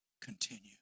continue